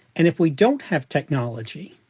and if we don't have technology,